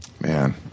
man